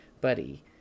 Buddy